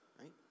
right